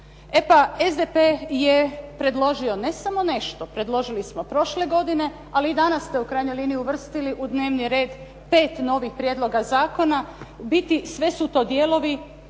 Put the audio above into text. E pa, SDP je predložio ne samo nešto, predložili smo prošle godine, ali i danas ste u krajnjoj liniji uvrstili u dnevni red 5 novih prijedloga zakona, ubiti sve su to dijelovi